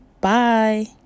Bye